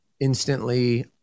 Instantly